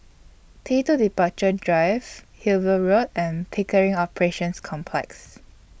T two Departure Drive Hillview Road and Pickering Operations Complex